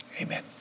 Amen